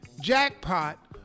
Jackpot